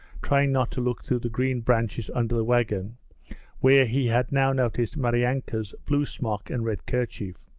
trying not to look through the green branches under the wagon where he had now noticed maryanka's blue smock and red kerchief.